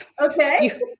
Okay